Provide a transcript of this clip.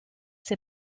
ses